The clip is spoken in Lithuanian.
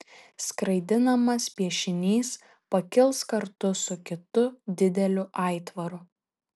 skraidinamas piešinys pakils kartu su kitu dideliu aitvaru